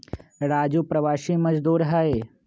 राजू प्रवासी मजदूर हई